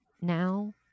now